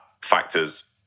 factors